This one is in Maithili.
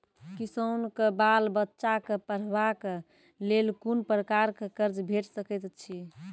किसानक बाल बच्चाक पढ़वाक लेल कून प्रकारक कर्ज भेट सकैत अछि?